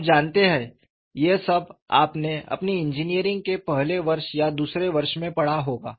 आप जानते हैं ये सब आपने अपनी इंजीनियरिंग के पहले वर्ष या दूसरे वर्ष में पढ़ा होगा